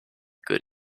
good